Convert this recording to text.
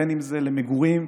בין שזה למגורים,